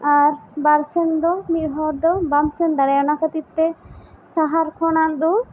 ᱟᱨ ᱵᱟᱨᱥᱮᱱ ᱫᱚ ᱢᱤᱫ ᱦᱚᱲ ᱫᱚ ᱵᱟᱢ ᱥᱮᱱ ᱫᱟᱲᱮᱭᱟᱜᱼᱟ ᱚᱱᱟ ᱠᱷᱟᱹᱛᱤᱨ ᱛᱮ ᱥᱟᱦᱟᱨ ᱠᱷᱚᱱᱟᱜ ᱫᱚ